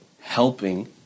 helping